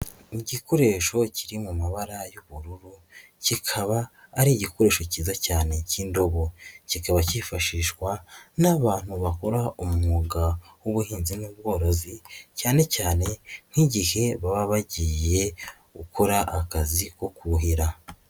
Igikoresho kiri mu mabara y'ubururu, kikaba ari igikoresho cyiza cyane cy'indobo, kikaba cyifashishwa n'abantu bakora umwuga w'ubuhinzi n'ubworozi cyane cyane nk'igihe baba bagiye gukora akazi ko kuhira.